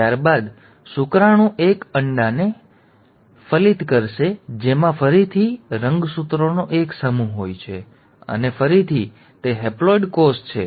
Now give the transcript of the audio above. ત્યારબાદ શુક્રાણુ એક ઇંડાને ફલિત કરશે જેમાં ફરીથી રંગસૂત્રોનો એક સમૂહ હોય છે અને ફરીથી તે હેપ્લોઇડ કોષ છે